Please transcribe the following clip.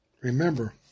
remember